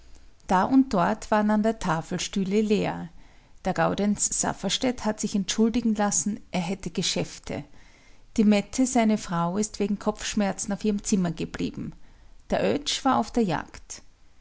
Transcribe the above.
da und dort waren an der tafel stühle leer der gaudenz safferstätt hat sich entschuldigen lassen er hätte geschäfte die mette seine frau ist wegen kopfschmerzen auf ihrem zimmer geblieben der oetsch war auf der jagd